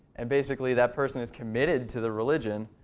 and basically that person is committed to the religion,